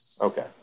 Okay